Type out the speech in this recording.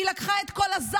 היא לקחה את כל הזעם